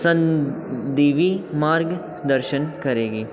ਸੰਦੀਵੀ ਮਾਰਗ ਦਰਸ਼ਨ ਕਰੇਗੀ